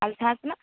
ᱟᱨ ᱡᱟᱦᱟᱸ ᱛᱮᱱᱟᱜ